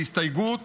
בהסתייגות